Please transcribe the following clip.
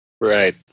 Right